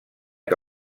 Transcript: que